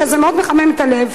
שזה מאוד מחמם את הלב,